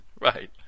Right